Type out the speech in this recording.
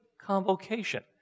convocation